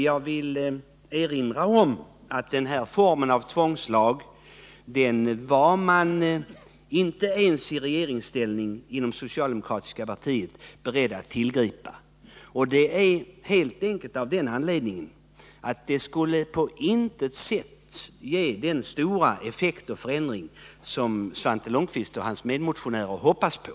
Jag vill erinra om att den form av tvångslag som man nu föreslår i den socialdemokratiska motionen var det socialdemokratiska partiet inte ens i regeringsställning berett att tillgripa helt enkelt av den anledningen att en sådan tvångslag på intet sätt skulle ge den stora effekt och den stora förändring som Svante Lundkvist och hans medmotionärer hoppas på.